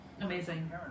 Amazing